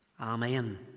Amen